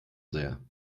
sehr